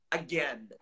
again